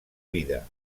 vida